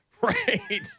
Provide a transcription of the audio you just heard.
Right